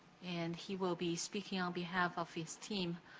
and he will be speaking on behalf of his team,